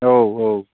औ औ